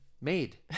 made